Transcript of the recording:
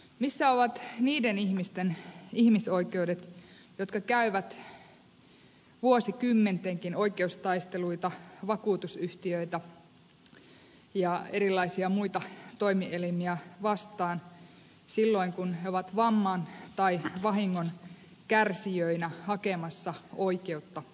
missä ovat niiden ihmisten ihmisoikeudet jotka käyvät vuosikymmentenkin oikeustaisteluita vakuutusyhtiöitä ja erilaisia muita toimielimiä vastaan silloin kun he ovat vamman tai vahingon kärsijöinä hakemassa oikeutta itselleen